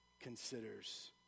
considers